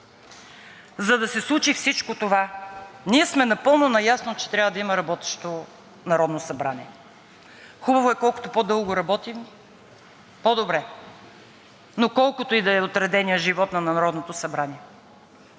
За да се случи всичко това, ние сме напълно наясно, че трябва да има работещо Народно събрание. Хубаво е – колкото по-дълго работи, по-добре. Но колкото и да е отреденият живот на Народното събрание,